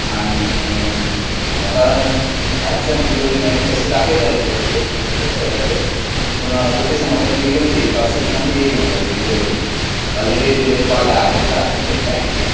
आनी म्हाका धा दिसांन डिलीवरी मेळटली अशें दाखयताले तें हेचेर वेबसायटाचेर पूण प्रत्यक्षांत म्हाका तें बेगीनूच आयली पांच स दिसांनूच येयली म्हाका येयली ती डिलीवरी ऑलरेडी डिलीवरी पावल्या आयजूच हातीन घेतल्या हांयेन ती